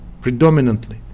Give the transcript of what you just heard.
Predominantly